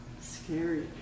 scary